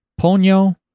Ponyo